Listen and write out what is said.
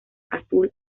azul